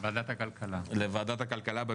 לוועדת הכלכלה.